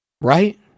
Right